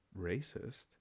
racist